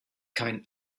kein